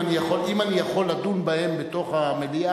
אם אני יכול לדון בהם במליאה,